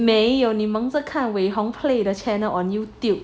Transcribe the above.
没有你忙着看伟轰 play 你的 channel on Youtube